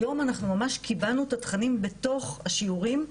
היום אנחנו ממש קיבענו את התכנים בתוך השיעורים.